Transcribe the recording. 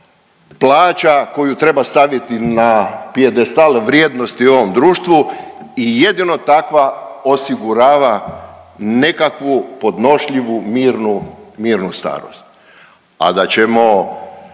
plaća koju treba staviti na pijedestal vrijednosti u ovom društvu i jedino takva osigurava nekakvu podnošljivu mirnu starost.